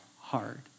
hard